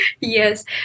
Yes